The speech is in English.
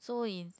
so is